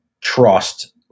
trust